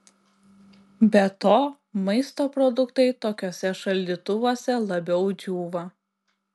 be to maisto produktai tokiuose šaldytuvuose labiau džiūva